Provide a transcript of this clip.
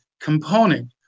component